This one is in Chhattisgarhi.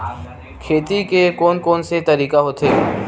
खेती के कोन कोन से तरीका होथे?